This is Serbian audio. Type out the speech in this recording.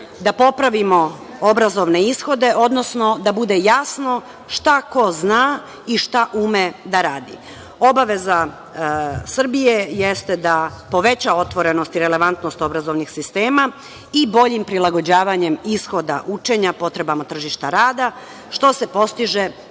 da popravimo obrazovne ishode, odnosno da bude jasno šta ko zna i šta ume da radi. Obaveza Srbije jeste da poveća otvorenost i relevantnost obrazovnih sistema i boljim prilagođavanjem ishoda učenja potrebama tržišta rada što se postiže